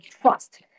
trust